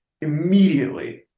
immediately